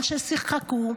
על ששיחקו,